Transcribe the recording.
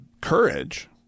courage